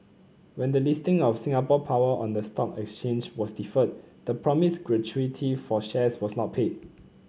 when the listing of Singapore Power on the stock exchange was deferred the promised gratuity for shares was not paid